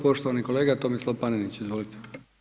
Poštovani kolega Tomislav Panenić, izvolite.